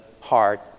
heart